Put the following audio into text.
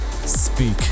speak